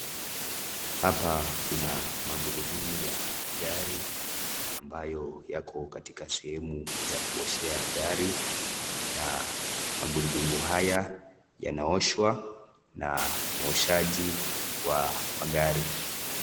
Hapa kuna magurudumu ya gari ambayo yako, katika sehemu za kuoshea gari na magurudumu haya yanaoshwa na muoshaji wa magari.